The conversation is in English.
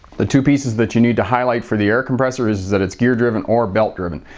the two pieces that you need to highlight for the air compressor is is that it's gear-driven or belt driven.